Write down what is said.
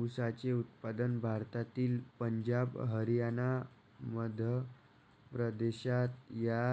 ऊसाचे उत्पादन भारतातील पंजाब हरियाणा मध्य प्रदेश या